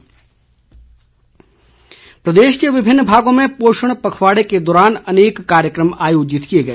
पोषण पखवाड़ा प्रदेश के विभिन्न भागों में पोषण पखवाड़े के दौरान अनेक कार्यक्रम आयोजित किए गए